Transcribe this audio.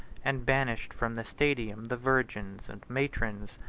and banished from the stadium the virgins and matrons,